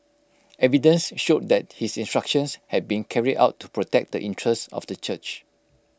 evidence showed that his instructions had been carried out to protect the interests of the church